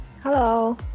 Hello